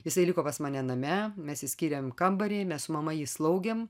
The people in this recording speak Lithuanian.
jisai liko pas mane name mes išskyrėm kambarį mes su mama jį slaugėm